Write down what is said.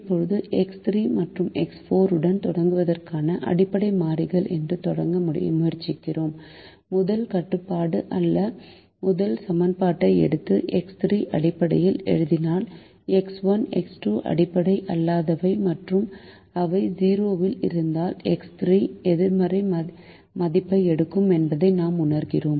இப்போது எக்ஸ் 3 மற்றும் எக்ஸ் 4 உடன் தொடங்குவதற்கான அடிப்படை மாறிகள் என்று தொடங்க முயற்சிக்கிறோம் முதல் கட்டுப்பாடு அல்லது முதல் சமன்பாட்டை எடுத்து எக்ஸ் 3 அடிப்படையில் எழுதினால் எக்ஸ் 1 எக்ஸ் 2 அடிப்படை அல்லாதவை மற்றும் அவை 0 இல் இருந்தால் எக்ஸ் 3 எதிர்மறை மதிப்பை எடுக்கும் என்பதை நாம் உணர்கிறோம்